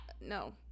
No